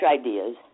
ideas